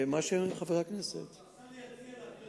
מה שחברי הכנסת אני מציע להעביר